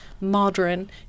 modern